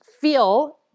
feel